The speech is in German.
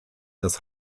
das